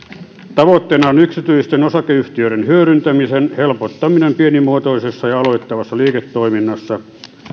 tavoitteena on yksityisten osakeyhtiöiden hyödyntämisen helpottaminen pienimuotoisessa ja aloittavassa liiketoiminnassa